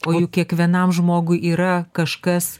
o juk kiekvienam žmogui yra kažkas